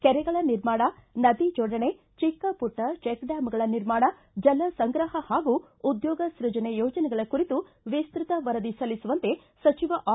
ಕೆರೆಗಳ ನಿರ್ಮಾಣ ನದಿ ಜೋಡಣೆ ಚಿಕ್ಕ ಪುಟ್ಟ ಚೆಕ್ಡ್ಡಾಂಗಳ ನಿರ್ಮಾಣ ಜಲಸಂಗ್ರಹ ಹಾಗೂ ಉದ್ಯೋಗ ಸೈಜನೆ ಯೋಜನೆಗಳ ಕುರಿತು ವಿಸ್ತತ ವರದಿ ಸಲ್ಲಿಸುವಂತೆ ಸಚಿವ ಆರ್